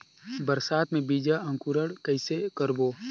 बरसात मे बीजा अंकुरण कइसे करबो?